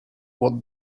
what